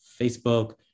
Facebook